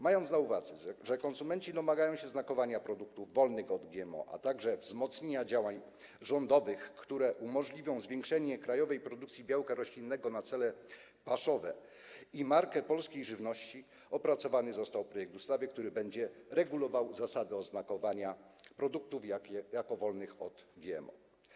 Mając na uwadze to, że konsumenci domagają się znakowania produktów wolnych od GMO, a także wzmocnienie działań rządowych, które umożliwią zwiększenie krajowej produkcji białka roślinnego na cele paszowe, i markę polskiej żywności, został opracowany projekt ustawy, który będzie regulował zasady oznakowania produktów jako wolnych od GMO.